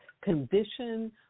condition